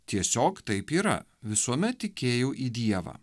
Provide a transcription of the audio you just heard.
tiesiog taip yra visuomet tikėjau į dievą